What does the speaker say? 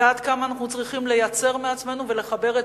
ועד כמה אנחנו צריכים לייצר מעצמנו ולחבר את